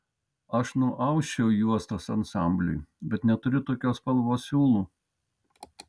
aš nuausčiau juostas ansambliui bet neturiu tokios spalvos siūlų